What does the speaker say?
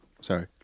Sorry